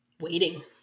waiting